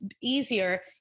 easier